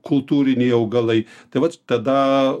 kultūriniai augalai tai vat tada